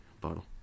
bottle